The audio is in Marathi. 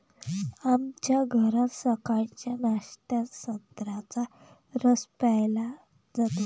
आमच्या घरात सकाळच्या नाश्त्यात संत्र्याचा रस प्यायला जातो